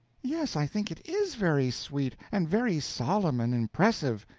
yes, i think it is very sweet and very solemn and impressive,